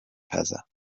پزم